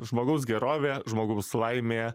žmogaus gerovė žmogaus laimė